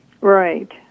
Right